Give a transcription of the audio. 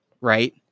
right